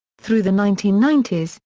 through the nineteen ninety s,